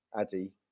Addy